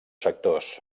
sectors